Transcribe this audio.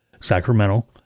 Sacramento